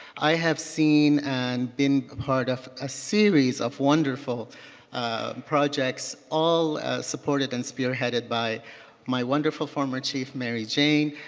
i have seen and been part of a series of wonderful projects, all supported and spearheaded by my wonderful former chief mary jane.